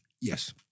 Yes